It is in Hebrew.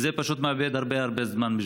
הם מאבדים הרבה הרבה זמן.